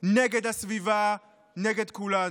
נגד בריאות הציבור, נגד הסביבה, נגד כולנו.